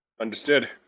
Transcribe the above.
Understood